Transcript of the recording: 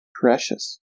Precious